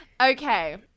Okay